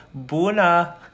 Buna